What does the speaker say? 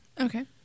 Okay